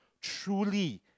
truly